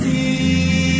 See